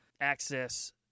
access